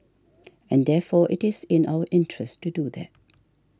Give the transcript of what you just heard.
and therefore it is in our interest to do that